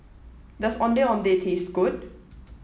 does Ondeh Ondeh taste good